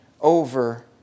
over